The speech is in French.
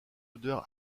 odeur